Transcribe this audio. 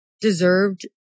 deserved